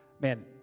man